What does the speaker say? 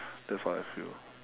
that's what I feel